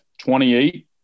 28